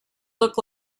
look